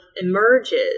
emerges